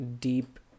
deep